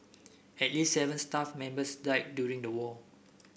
at least seven staff members died during the war